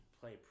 play